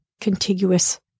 contiguous